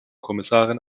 kommissarin